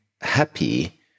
happy